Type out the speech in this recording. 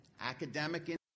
academic